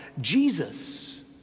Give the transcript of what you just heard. Jesus